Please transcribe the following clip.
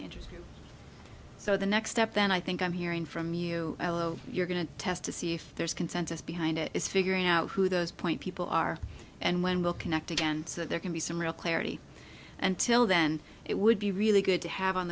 the interest so the next step then i think i'm hearing from you you're going to test to see if there's consensus behind it is figuring out who those point people are and when we'll connect again so that there can be some real clarity until then it would be really good to have on